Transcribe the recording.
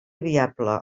viable